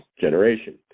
generation